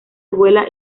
vuela